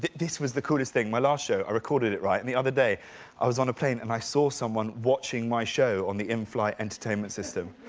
this was the coolest thing. my last show, i recorded it, right? and the other day i was on a plane, and i saw someone watching my show on the in-flight entertainment system.